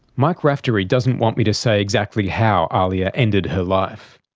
mike raftery doesn't want me to say exactly how ahlia ended her life.